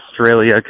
Australia